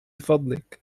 فضلك